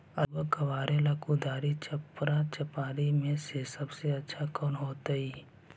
आलुआ कबारेला कुदारी, चपरा, चपारी में से सबसे अच्छा कौन होतई?